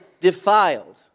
defiled